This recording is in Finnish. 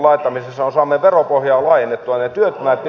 ne työttömät pitää saada töihin